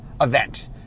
event